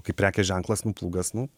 kaip prekės ženklas nu plūgas nu